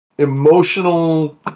Emotional